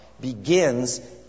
begins